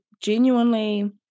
genuinely